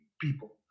people